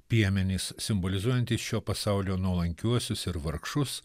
piemenys simbolizuojantys šio pasaulio nuolankiuosius ir vargšus